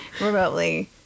remotely